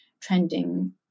trending